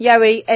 यावेळी एन